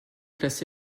classé